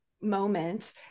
moment